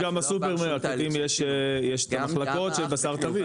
יש גם בסופרים האיכותיים יש את המחלקות של בשר טרי,